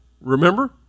remember